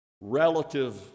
Relative